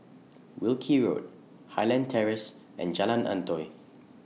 Wilkie Road Highland Terrace and Jalan Antoi